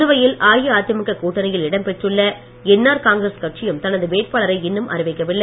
புதுவையில் அஇஅதிமுக கூட்டணியில் இடம் இடம் பெற்றுள்ள என் ஆர் காங்கிரஸ் கட்சியும் தனது வேட்பாளரை இன்னும் அறிவிக்கவில்லை